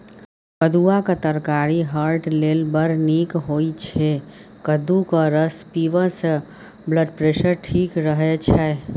कद्दुआक तरकारी हार्ट लेल बड़ नीक होइ छै कद्दूक रस पीबयसँ ब्लडप्रेशर ठीक रहय छै